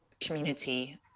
community